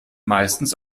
meistens